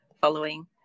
following